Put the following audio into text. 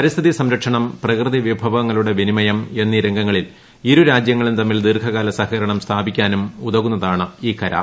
പരിസ്ഥിതി സംരക്ഷണം പ്രകൃതി വിഭവങ്ങളു ടെ വിനിമയം എന്നീ രംഗങ്ങളിൽ ഇരു രാജ്യങ്ങളും തമ്മിൽ ദീർ ഘകാല സഹകരണം സ്ഥാപിക്കാനും ഉതകുന്നതാണ് ഈ കരാർ